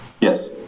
Yes